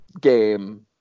game